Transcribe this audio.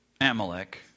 Amalek